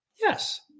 Yes